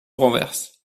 renverse